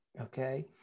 Okay